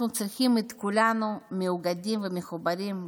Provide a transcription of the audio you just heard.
אנחנו צריכים את כולנו מאוגדים ומחוברים,